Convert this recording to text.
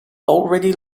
already